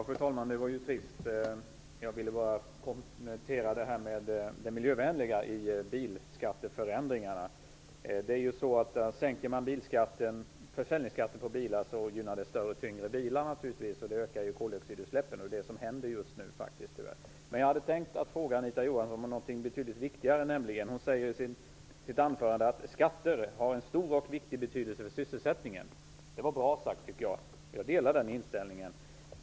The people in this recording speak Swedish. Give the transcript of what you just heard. Fru talman! Det var trist att Anita Johansson inte har fler repliker. Jag ville kommentera det miljövänliga i bilskatteförändringarna. Sänker man försäljningsskatten på bilar gynnar det naturligtvis större och tyngre bilar, och klodioxidutsläppen ökar. Det är vad som tyvärr händer just nu. Jag hade tänkt fråga Anita Johansson någonting betydligt viktigare. Hon säger i sitt anförande att skatter har stor betydelse för sysselsättningen. Det var bra sagt, och jag delar den inställningen.